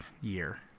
year